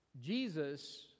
Jesus